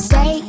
Say